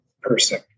person